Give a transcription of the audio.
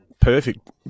Perfect